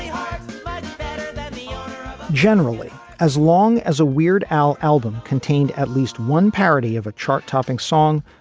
but and generally as long as a weird al. album contained at least one parody of a chart topping song,